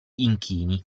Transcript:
inchini